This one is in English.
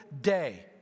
day